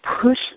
push